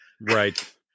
Right